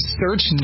search